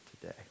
today